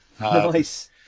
nice